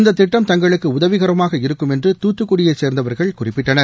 இந்ததிட்டம் தங்களுக்குஉதவிகரமாக இருக்கும் என்று தூத்துக்குடியைசோ்ந்தவர்கள் குறிப்பிட்டனர்